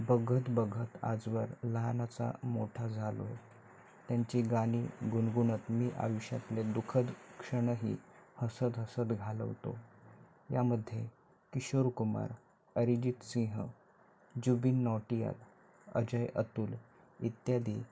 बघत बघत आजवर लहानाचा मोठा झालो त्यांची गाणी गुणगुणत मी आयुष्यातले दुखद क्षणही हसत हसत घालवतो यामध्ये किशोर कुमार अरिजित सिंह जुबीन नौटियाल अजय अतुल इत्यादी